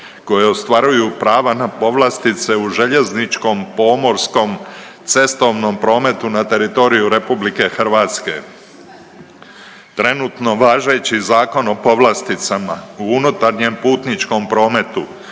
koje ostvaruju prava na povlastice u željezničkom, pomorskom, cestovnom prometu na teritoriju RH, trenutno važeći Zakon o povlasticama u unutarnjem putničkom prometu